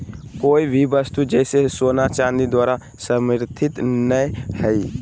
कोय भी वस्तु जैसे सोना चांदी द्वारा समर्थित नय हइ